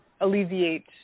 alleviate